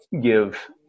give